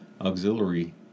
auxiliary